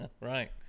Right